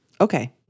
Okay